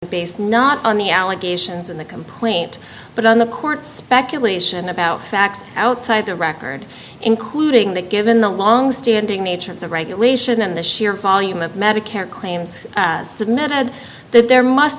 based not on the allegations in the complaint but on the court's speculation about facts outside the record including that given the longstanding nature of the regulation and the sheer volume of medicare claims submitted that there must